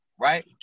right